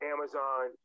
Amazon